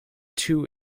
two